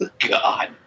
God